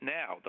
now